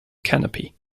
canopy